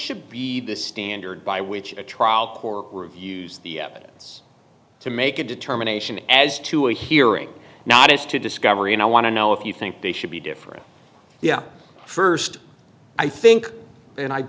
should be the standard by which a trial porque reviews the evidence to make a determination as to a hearing not as to discovery and i want to know if you think they should be different yeah first i think and i